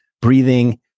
breathing